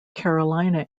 carolina